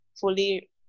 fully